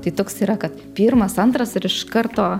tai toks yra kad pirmas antras ir iš karto